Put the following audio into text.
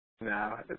No